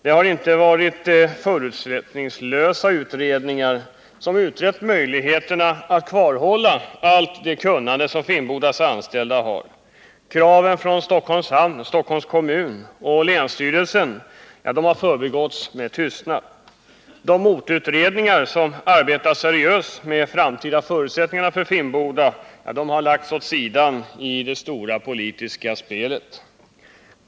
Det har inte varit förutsättningslösa utredningar, som utrett möjligheterna att kvarhålla allt det kunnande som Finnbodas anställda har. Kraven från Stockholms hamn/ Stockholms kommun och länsstyrelsen har förbigåtts med tystnad. De motutredningar som arbetat seriöst med framtida förutsättningar för Finnboda har lagts åt sidan i det stora politiska spelet.